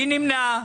מי נמנע?